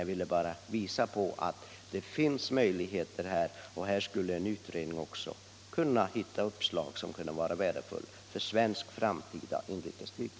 Jag ville bara visa på att här finns det möjligheter, och här skulle en utredning kunna hitta uppslag som kunde vara värdefulla för framtida svenskt inrikesflyg.